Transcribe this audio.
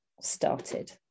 started